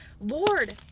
Lord